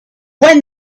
when